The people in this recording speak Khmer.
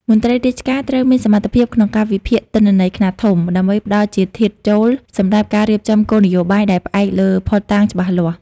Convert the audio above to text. មន្ត្រីរាជការត្រូវមានសមត្ថភាពក្នុងការវិភាគទិន្នន័យខ្នាតធំ ដើម្បីផ្តល់ជាធាតុចូលសម្រាប់ការរៀបចំគោលនយោបាយដែលផ្អែកលើភស្តុតាងច្បាស់លាស់។